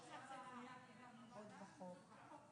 מופיע 62 פעמים,